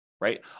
right